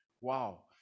Wow